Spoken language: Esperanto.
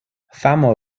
famo